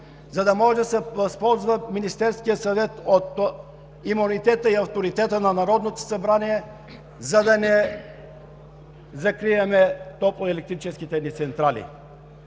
за да може да се възползва Министерският съвет от имунитета и авторитета на Народното събрание, за да не закрием топлоелектрическите ни централи.